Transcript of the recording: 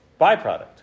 byproduct